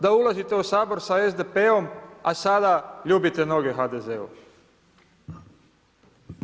Da ulazite u Sabor sa SDP-om, a sada ljubite noge HDZ-u.